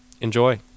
enjoy